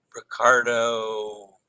Ricardo